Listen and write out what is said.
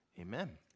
Amen